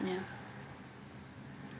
ya